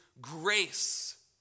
grace